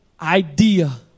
idea